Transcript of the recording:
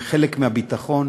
וחלק מהביטחון,